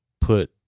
put